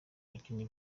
abakinnyi